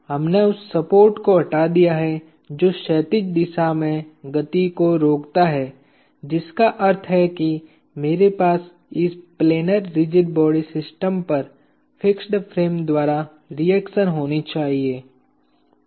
हमने उस सपोर्ट को हटा दिया है जो क्षैतिज दिशा में गति को रोकता है जिसका अर्थ है कि मेरे पास इस प्लैनर रिजिड बॉडी सिस्टम पर फिक्स्ड फ्रेम द्वारा रिएक्शन होनी चाहिए